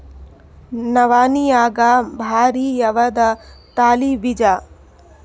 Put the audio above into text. ನವಣಿಯಾಗ ಭಾರಿ ಯಾವದ ತಳಿ ಬೀಜ?